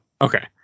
okay